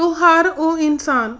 ਤਾਂ ਹਰ ਉਹ ਇਨਸਾਨ